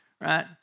right